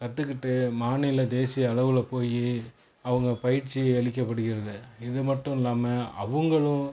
கற்றுக்கிட்டு மாநில தேசிய அளவில் போய் அவங்க பயிற்சி அளிக்கப்படுகிறது இதுமட்டும் இல்லாமல் அவங்களும்